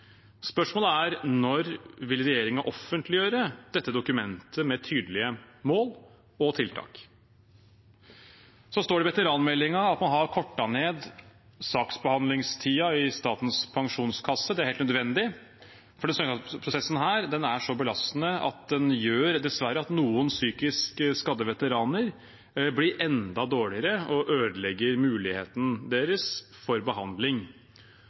Spørsmålet er: Når vil regjeringen offentliggjøre dette dokumentet med tydelige mål og tiltak? Så står det i veteranmeldingen at man har kortet ned saksbehandlingstiden i Statens pensjonskasse. Det er helt nødvendig, for denne søknadsprosessen er så belastende at den dessverre gjør at noen psykisk skadde veteraner blir enda dårligere, og det ødelegger muligheten deres for behandling.